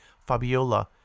Fabiola